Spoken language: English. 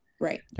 Right